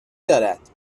دارد